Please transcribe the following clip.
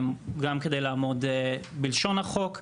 גם כדי לעמוד בלשון החוק וגם,